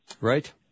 Right